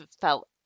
felt